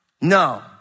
No